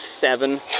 seven